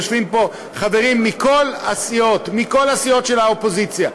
יושבים פה חברים מכל הסיעות של האופוזיציה.